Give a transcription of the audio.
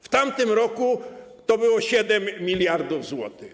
W tamtym roku to było 7 mld zł.